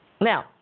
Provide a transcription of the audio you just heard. Now